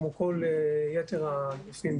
כמו כל יתר הגופים,